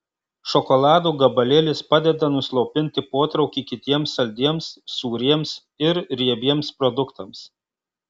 šokolado gabalėlis padeda nuslopinti potraukį kitiems saldiems sūriems ir riebiems produktams